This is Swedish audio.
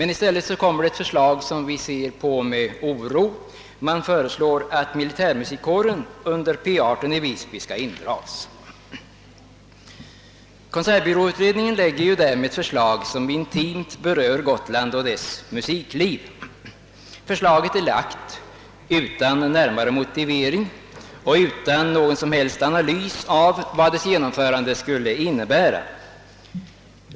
I stället avses — och det ser vi på med oro — att militärmusikkåren under P 18 i Visby skall indras. Konsertbyråutredningen framlägger därmed ett förslag som intimt berör Gotlands musikliv utan närmare motivering och utan någon som helst analys av vad förslagets genomförande skulle innebära.